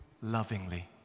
lovingly